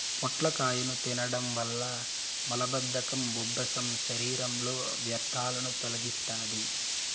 పొట్లకాయను తినడం వల్ల మలబద్ధకం, ఉబ్బసం, శరీరంలో వ్యర్థాలను తొలగిస్తాది